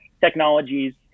technologies